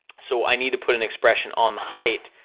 so i need to put an expression on height,